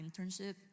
internship